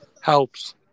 helps